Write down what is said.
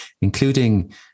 including